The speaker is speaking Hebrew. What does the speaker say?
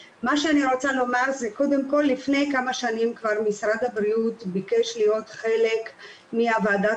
לפני כמה שנים משרד הבריאות ביקש להיות חלק מוועדת